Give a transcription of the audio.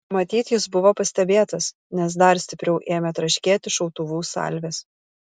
matyt jis buvo pastebėtas nes dar stipriau ėmė traškėti šautuvų salvės